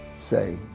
say